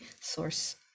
source